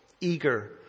eager